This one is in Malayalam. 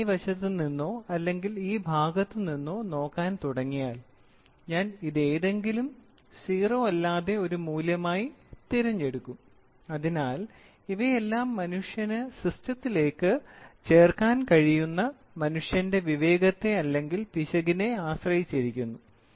അതിനാൽ ഞാൻ ഈ വശത്ത് നിന്നോ അല്ലെങ്കിൽ ഈ ഭാഗത്തു നിന്നോ നോക്കാൻ തുടങ്ങിയാൽ ഞാൻ ഇതേതെങ്കിലും 0 അല്ലാതെ ഒരു മൂല്യമായി തിരഞ്ഞെടുക്കും അതിനാൽ ഇവയെല്ലാം മനുഷ്യന് സിസ്റ്റത്തിലേക്ക് ചേർക്കാൻ കഴിയുന്ന മനുഷ്യന്റെ വിവേകത്തെ അല്ലെങ്കിൽ പിശകിനെ ആശ്രയിച്ചിരിക്കുന്നു